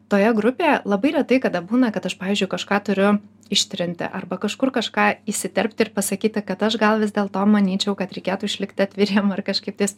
toje grupėje labai retai kada būna kad aš pavyzdžiui kažką turiu ištrinti arba kažkur kažką įsiterpti ir pasakyti kad aš gal vis dėlto manyčiau kad reikėtų išlikti atviriem ar kažkaip tais